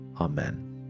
Amen